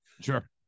Sure